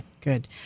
good